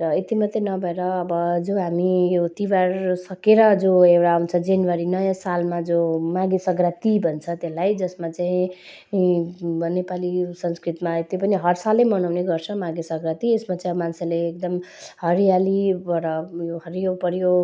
र यति मात्र नभएर अब जो हामी यो तिहार सकिएर जो एउटा आउँछ जनवरी नयाँ सालमा जो माघे सग्राँती भन्छ त्यसलाई जसमा चाहिँ यी नेपाली यो संस्कृतिमा यति पनि हर साल मनाउने गर्छ माघे सग्राँती यसमा चाहिँ अब मान्छेले एकदम हरियालीबाट उयो हरियो परियो